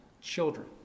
children